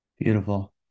Beautiful